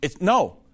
No